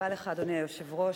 אדוני היושב-ראש,